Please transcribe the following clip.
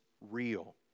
real